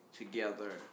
Together